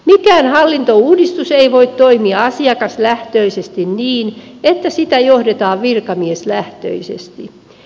mikään hallintouudistus ei voi toimia asiakaslähtöisesti niin että sitä johdetaan virkamieslähtöisesti